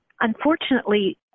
unfortunately